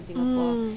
mm